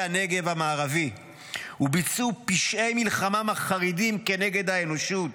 הנגב המערבי וביצעו פשעי מלחמה מחרידים כנגד האנושות.